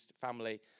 family